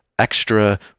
extra